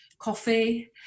coffee